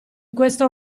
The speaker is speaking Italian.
questo